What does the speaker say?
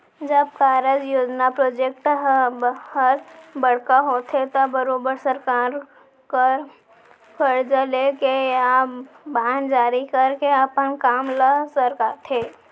जब कारज, योजना प्रोजेक्ट हर बड़का होथे त बरोबर सरकार हर करजा लेके या बांड जारी करके अपन काम ल सरकाथे